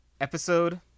Episode